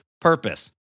purpose